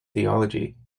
theology